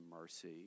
mercy